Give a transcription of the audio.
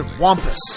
Wampus